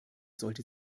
sollte